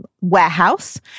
warehouse